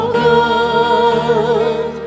good